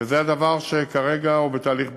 וזה דבר שכרגע הוא בתהליך ביצוע,